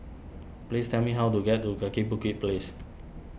please tell me how to get to Kaki Bukit Place